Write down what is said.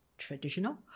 traditional